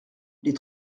les